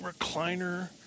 recliner